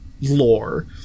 lore